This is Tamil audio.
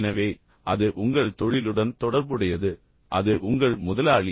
எனவே அது உங்கள் தொழிலுடன் தொடர்புடையது அது உங்கள் முதலாளி